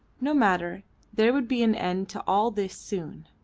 no matter there would be an end to all this soon.